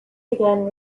began